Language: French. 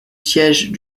siège